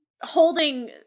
holding